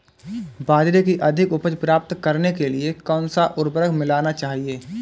बाजरे की अधिक उपज प्राप्त करने के लिए कौनसा उर्वरक मिलाना चाहिए?